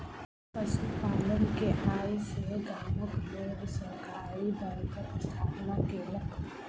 पशु पालन के आय सॅ गामक लोक सहकारी बैंकक स्थापना केलक